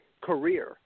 career